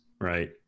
right